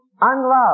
unloved